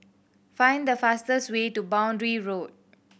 find the fastest way to Boundary Road